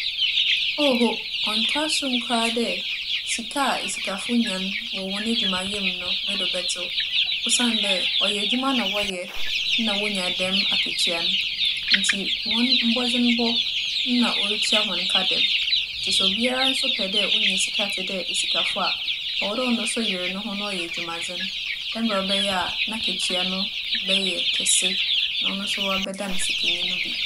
Oho, ͻnntͻ asomu koraa dɛ sika a esikafo nya no wͻ hͻn edwuma mu no, no do bɛtsew, osiandɛ ͻyɛ edwuma na wͻyɛ nna wonya dɛm akatua no. Ntsi hͻn mbͻdzembͻ nna orutua hͻn kaw dɛm. Ntsi sɛ obiara so pɛ dɛ onya sika tse dɛ esikafo a, ͻwͻ dɛ ͻno so yer noho na ͻyɛ edwumadzen dɛ mbrɛ ͻbɛyɛ a n'akatua no bɛyɛ kɛse na ͻno so ͻbɛdan sikanyi no bi.